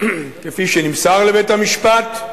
כפי שנמסר לבית-המשפט: